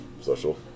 social